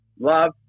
Love